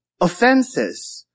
offenses